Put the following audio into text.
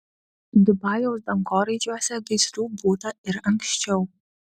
dubajaus dangoraižiuose gaisrų būta ir anksčiau